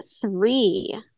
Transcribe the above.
three